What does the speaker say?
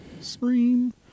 Scream